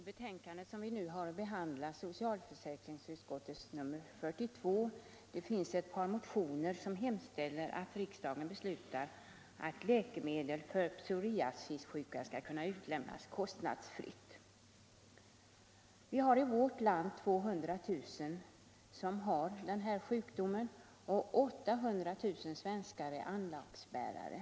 Herr talman! Socialförsäkringsutskottets betänkande 42 behandlar ett par motioner där det hemställs att läkemedel för pscriasissjuka skall kunna utlämnas kostnadsfritt. Det finns i vårt land 200 000 som har denna sjukdom och 800 000 svenskar är anlagsbärare.